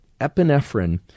Epinephrine